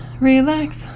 Relax